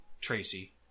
Tracy